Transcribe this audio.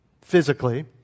physically